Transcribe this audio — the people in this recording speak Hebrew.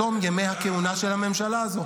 בתום ימי הכהונה של הממשלה הזאת.